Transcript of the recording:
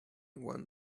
one